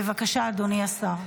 בבקשה, אדוני השר.